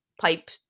pipe